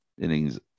innings